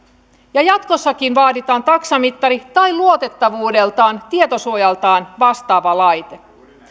ja jatkossakin vaaditaan taksamittari tai luotettavuudeltaan tietosuojaltaan vastaava laite